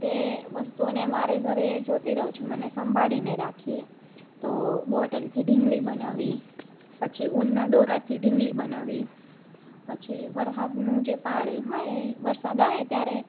તે વસ્તુને વારે ઘડીએ જોતી રહું છું મને સંભાળીને રાખીએ તો બોટલથી ઢીંગલી બનાવી પછી ઉનના દોરાથી ઢીંગલી બનાવી પછી વરસાદનું જે પાણી હોય વરસાદ આવે ત્યારે